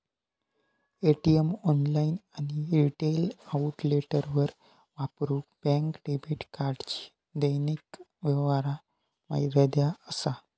ATM, online आणि retail आउटलेटवर वापरूक बँक डेबिट कार्डची दैनिक व्यवहार मर्यादा असा